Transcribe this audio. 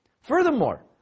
furthermore